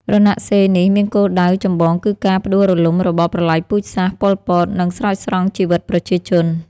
រណសិរ្សនេះមានគោលដៅចម្បងគឺការផ្ដួលរំលំរបបប្រល័យពូជសាសន៍ ប៉ុល ពត និងស្រោចស្រង់ជីវិតប្រជាជន។